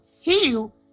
heal